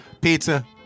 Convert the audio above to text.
Pizza